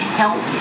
help